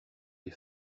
les